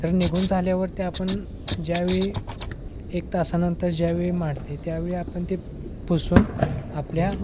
तर निघून झाल्यावर ते आपण ज्यावेळी एक तासानंतर ज्यावेेळी मांडते त्यावेळी आपण ते पुसून आपल्या